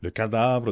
le cadavre